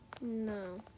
No